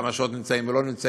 כמה שעות נמצאים או לא נמצאים.